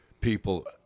people